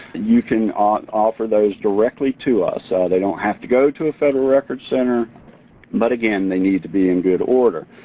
you can offer those directly to us. ah they don't have to go to a federal record center but again they need to be in good order.